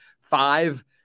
five